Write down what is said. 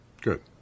Good